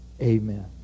Amen